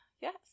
Yes